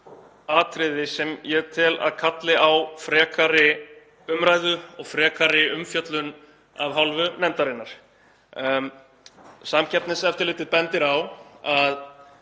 atriði sem ég tel að kalli á frekari umræðu og frekari umfjöllun af hálfu nefndarinnar. Samkeppniseftirlitið bendir á að